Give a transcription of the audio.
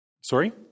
Sorry